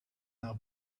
now